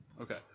Okay